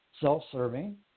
self-serving